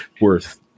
worth